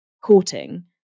courting